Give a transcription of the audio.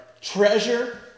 treasure